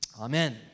Amen